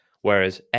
Whereas